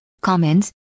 comments